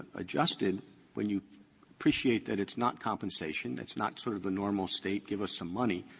adjusted when you appreciate that it's not compensation. it's not sort of the normal state, give us some money.